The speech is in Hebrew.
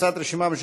עמר בר-לב,